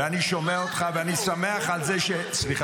ואני שומע אותך ואני שמח על זה ------ סליחה,